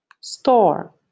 Store